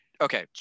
okay